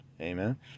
amen